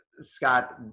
Scott